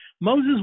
Moses